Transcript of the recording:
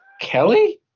Kelly